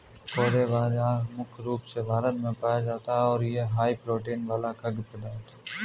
कोदो बाजरा मुख्य रूप से भारत में पाया जाता है और यह हाई प्रोटीन वाला खाद्य पदार्थ है